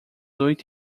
oito